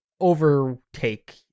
overtake